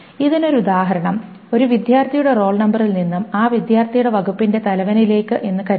ഇതിന് ഒരു ഉദാഹരണം ഒരു വിദ്യാർത്ഥിയുടെ റോൾ നമ്പറിൽ നിന്നും ആ വിദ്യാർത്ഥിയുടെ വകുപ്പിന്റെ തലവനിലേക്കു എന്ന് കരുതുക